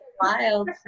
wild